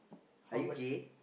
are you gay